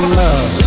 love